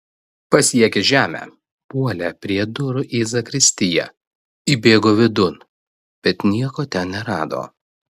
pasiekęs žemę puolė prie durų į zakristiją įbėgo vidun bet nieko ten nerado